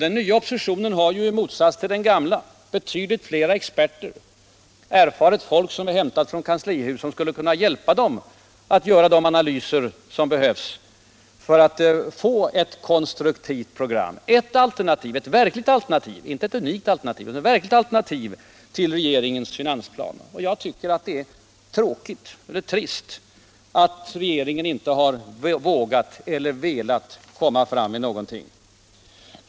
Den nya oppositionen har ju i motsats till den gamla betydligt flera experter, erfaret folk som är hämtat från kanslihuset, som skulle kunna hjälpa den att göra de analyser som behövs för att få ett konstruktivt program, ett alternativ — inte ett ”unikt” utan ett verkligt alternativ —- till regeringens finansplan. Jag tycker det är trist att den gamla regeringen inte har vågat eller velat komma fram med någonting.